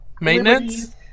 Maintenance